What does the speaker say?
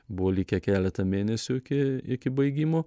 buvo likę keleta mėnesių iki iki baigimo